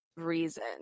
reason